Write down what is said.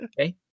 Okay